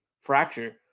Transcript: fracture